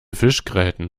fischgräten